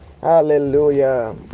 Hallelujah